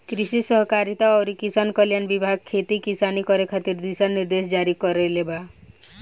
कृषि सहकारिता अउरी किसान कल्याण विभाग खेती किसानी करे खातिर दिशा निर्देश जारी कईले बा